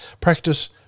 practice